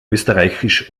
österreichisch